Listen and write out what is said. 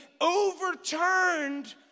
overturned